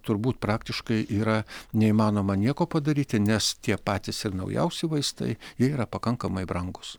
turbūt praktiškai yra neįmanoma nieko padaryti nes tiek patys ir naujausi vaistai jie yra pakankamai brangūs